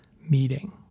meeting